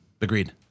Agreed